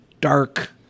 dark